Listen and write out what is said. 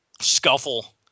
scuffle